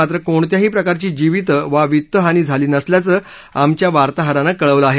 मात्र कोणत्याही प्रकारची जिवीत वा वित्तहानी नसल्याचं आमच्या वार्ताहरानं कळवलं आहे